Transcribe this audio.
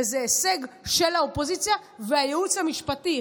וזה הישג של האופוזיציה והייעוץ המשפטי,